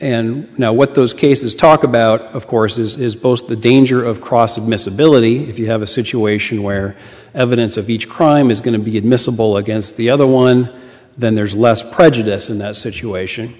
and now what those cases talk about of course is both the danger of cross admissibility if you have a situation where evidence of each crime is going to be admissible against the other one then there's less prejudice in that situation